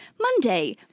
Monday